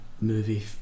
movie